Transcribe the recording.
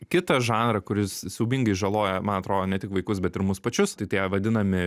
kitą žanrą kuris siaubingai žaloja man atrodo ne tik vaikus bet ir mus pačius tai tie vadinami